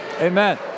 Amen